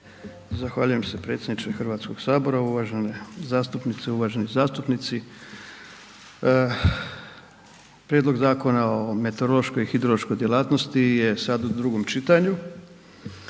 Zahvaljujem se predsjedniče Hrvatskoga sabora, uvažene zastupnice i uvaženi zastupnici. Prijedlog zakona o meteorološkoj i hidrološkoj djelatnosti je sad u drugom čitanju.